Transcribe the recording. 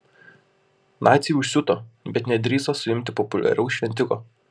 naciai užsiuto bet nedrįso suimti populiaraus šventiko